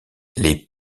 les